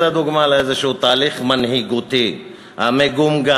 זו דוגמה לאיזשהו תהליך מנהיגותי מגומגם,